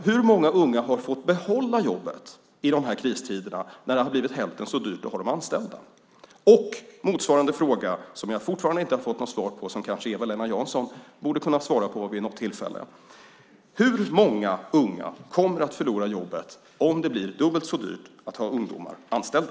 Hur många unga har fått behålla jobbet i de här kristiderna när det har blivit hälften så dyrt att ha dem anställda? Och motsvarande fråga, som jag fortfarande inte har fått något svar på, men som kanske Eva-Lena Jansson borde kunna svara på vid något tillfälle: Hur många unga kommer att förlora jobbet om det blir dubbelt så dyrt att ha ungdomar anställda?